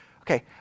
Okay